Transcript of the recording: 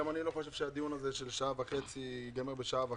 גם אני לא חושב שהדיון הזה של שעה וחצי ייגמר בשעה וחצי.